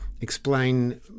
explain